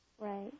Right